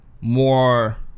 more